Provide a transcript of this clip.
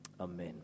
Amen